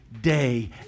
day